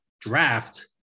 draft